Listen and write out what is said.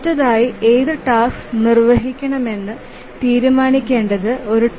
അടുത്തതായി ഏത് ടാസ്ക് നിർവഹിക്കണമെന്ന് തീരുമാനിക്കേണ്ടത് ഒരു ടാസ്ക് ഷെഡ്യൂളറാണ്